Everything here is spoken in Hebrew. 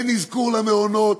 אין אזכור למעונות,